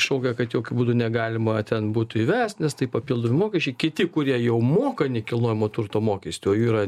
šaukia kad jokiu būdu negalima ten būtų įvest nes tai papildomi mokesčiai kiti kurie jau moka nekilnojamo turto mokestįo jų yra